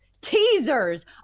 teasers